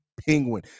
penguin